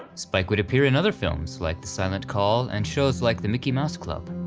spike would appear in other films like the silent call, and shows like the mickey mouse club.